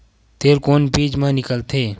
तेल कोन बीज मा निकलथे?